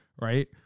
Right